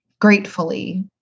gratefully